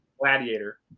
Gladiator